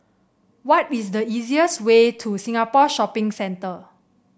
what is the easiest way to Singapore Shopping Centre